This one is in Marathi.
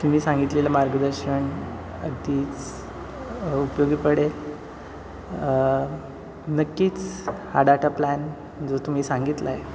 तुम्ही सांगितलेलं मार्गदर्शन अगदीच उपयोगी पडेल नक्कीच हा डाटा प्लॅन जो तुम्ही सांगितला आहे